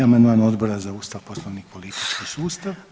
43. amandman Odbora za Ustav, Poslovnik i politički sustav.